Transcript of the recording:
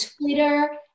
Twitter